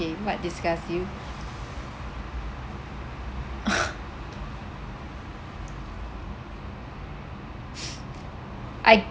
K what disgusts you I